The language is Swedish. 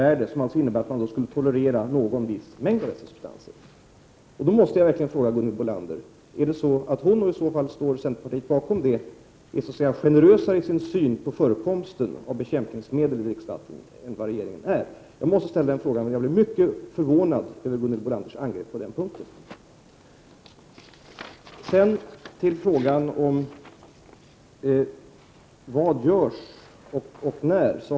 Ett gränsvärde skulle ju innebära att man tolererar viss mängd av bekämpningsmedelsrester. Jag måste verkligen fråga Gunhild Bolander: Är Gunhild Bolander — och står centerpartiet i så fall bakom detta — så att säga generösare i sin syn på förekomsten av bekämpningsmedel i dricksvattnet än vad regeringen är? Jag blev som sagt mycket förvånad över Gunhild Bolanders angrepp på den punkten. Sedan till frågan om vad som görs och när det görs något.